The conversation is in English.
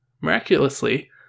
Miraculously